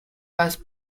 passe